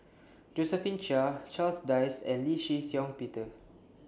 Josephine Chia Charles Dyce and Lee Shih Shiong Peter